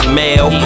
mail